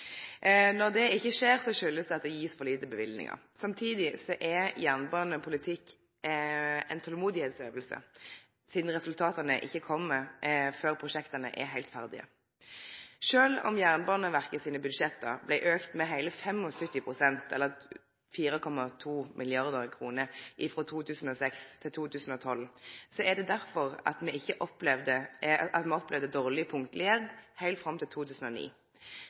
Når det ikkje skjer, skuldast det at det blir gjeve for små løyvingar. Samtidig er jernbanepolitikk ei tolmodsøving, sidan resultata ikkje kjem før prosjekta er heilt ferdige. Sjølv om Jernbaneverket sine budsjett blei auka med heile 75 pst., eller 4,2 mrd. kr, frå 2006 til 2012, opplevde me dårleg punktlegskap heilt fram til 2009. Dette skuldast mange tiår med underløyvingar til